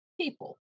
People